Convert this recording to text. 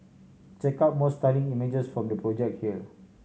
check out more stunning images from the project here